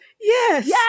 Yes